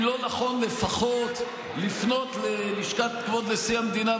אם לא נכון לפחות לפנות ללשכת כבוד נשיא המדינה,